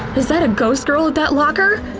is that a ghost girl at that locker!